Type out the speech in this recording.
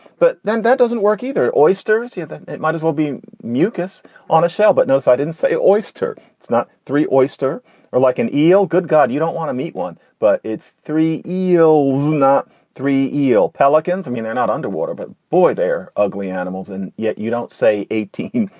but then that doesn't work either. oysters. you might as well be mucus on a shell. but notice i didn't say oyster. it's not. three oyster or like an eel. good god. you don't want to meet one, but it's three eels, not three eel pelicans. i mean, they're not under water, but boy, they're ugly animals. and yet you don't say eighteen.